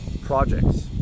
projects